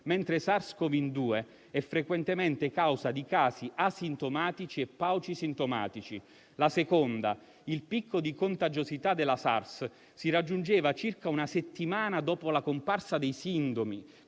mentre SARS-CoV-2 è frequentemente causa di casi asintomatici e paucisintomatici. La seconda è che il picco di contagiosità della SARS si raggiungeva circa una settimana dopo la comparsa dei sintomi,